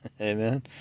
amen